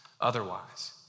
otherwise